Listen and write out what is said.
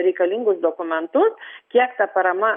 reikalingus dokumentus kiek ta parama